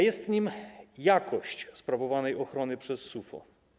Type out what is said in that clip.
Jest nim jakość sprawowanej ochrony przez SUFO.